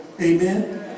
Amen